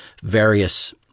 various